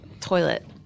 toilet